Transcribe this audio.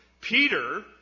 Peter